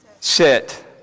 sit